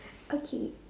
okay